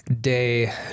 day